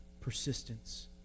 persistence